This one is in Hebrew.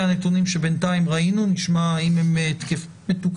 הנתונים שבינתיים ראינו ונשמע האם הם מתוקפים.